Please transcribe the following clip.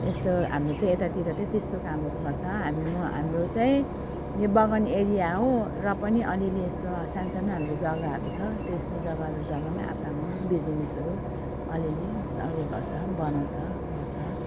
यस्तो हामी चाहिँ यतातिर चाहिँ त्यस्तो कामहरू गर्छ हामी म हाम्रो चाहिँ यो बगान एरिया हो र पनि अलिअलि यस्तो सानोसानो हाम्रो जग्गाहरू छ त्यसमै जग्गाहरू जग्गामै आफ्नो आफ्नो बिजनेसहरू अलिअलि यसो अब यो गर्छन् गराउँछ गर्छ